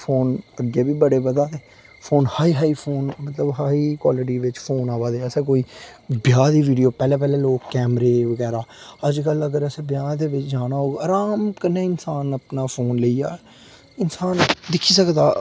phone अग्गें बी बड़े बधा दे फोन हाई हाई फोन मतलब हाई क्वालिटी बिच फोन आवा दे असें कोई ब्याह् दी वीडियो पैह्लें पैह्लें लोग कैमरे बगैरा अज्जकल अगर अस ब्याह् जाना होग ते अराम कन्नै इंसान अपना फोन लेइयै इंसान दिक्खी सकदा